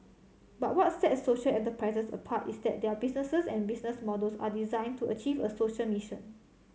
but what sets social enterprises apart is that their businesses and business models are designed to achieve a social mission